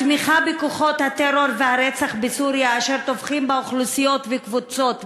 התמיכה בכוחות הטרור והרצח בסוריה אשר טובחים באוכלוסיות ובקבוצות,